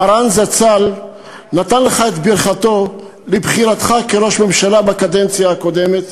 מרן זצ"ל נתן לך את ברכתו לבחירה כראש ממשלה בקדנציה הקודמת,